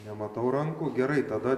nematau rankų gerai tada